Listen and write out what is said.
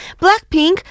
Blackpink